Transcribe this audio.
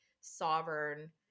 sovereign